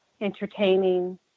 entertaining